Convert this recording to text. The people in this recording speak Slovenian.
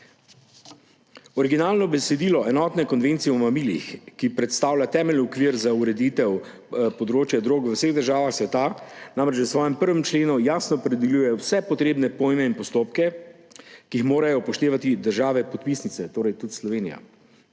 Originalno besedilo Enotne konvencije o mamilih, ki predstavlja temeljni okvir za ureditev področja drog v vseh državah sveta, namreč že v svojem 1. členu jasno opredeljuje vse potrebne pojme in postopke, ki jih morajo upoštevati države podpisnice, torej tudi Slovenija.